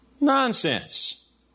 Nonsense